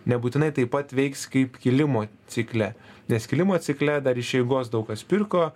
nebūtinai taip pat veiks kaip kilimo cikle nes kilimo cikle dar iš eigos daug kas pirko